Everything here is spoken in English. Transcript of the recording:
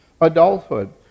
adulthood